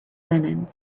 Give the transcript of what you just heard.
linen